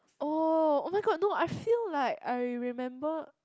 oh oh-my-god no I feel like I remember